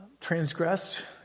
transgressed